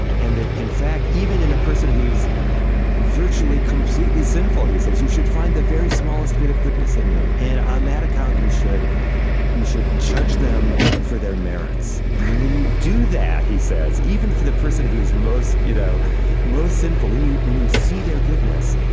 and that in fact, even in a person who's virtually completely sinful, he says you should find the very smallest bit of goodness in them. and on that account, you should you should judge them for their merits. and when you do that, he says even for the person who's most you know most sinful when you when you see their goodness,